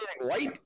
white